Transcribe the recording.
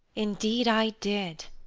indeed i did.